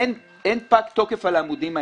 אין פג תוקף על העמודים האלה.